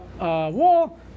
wall